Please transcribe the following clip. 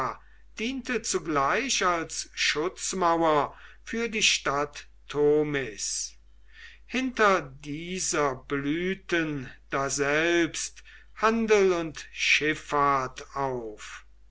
diente zugleich als schutzmauer für die stadt tomis hinter dieser bluten daselbst handel und schiffahrt auf